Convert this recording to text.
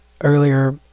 earlier